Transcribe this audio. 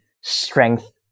strength